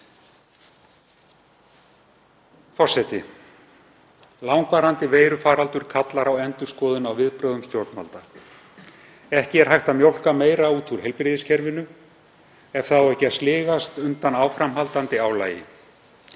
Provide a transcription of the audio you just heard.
Forseti. Langvarandi veirufaraldur kallar á endurskoðun á viðbrögðum stjórnvalda. Ekki er hægt að mjólka meira út úr heilbrigðiskerfinu ef það á ekki að sligast undan áframhaldandi álagi.